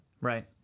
right